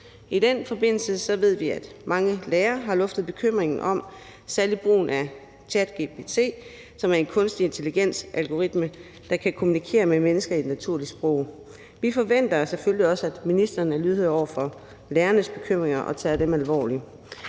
I den forbindelse ved vi, at mange lærere har luftet bekymringen om særlig brugen af ChatGPT, som er en kunstig intelligensalgoritme, der kan kommunikere med mennesker i et naturligt sprog. Vi forventer selvfølgelig også, at ministeren er lydhør over for lærernes bekymringer og tager dem alvorligt.